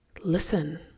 listen